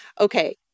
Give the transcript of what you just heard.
Okay